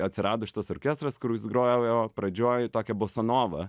atsirado šitas orkestras kuris grojo pradžioje tokią bosanovą